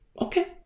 Okay